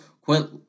quit